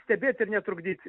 stebėt ir netrukdyt